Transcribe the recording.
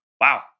Wow